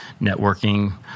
networking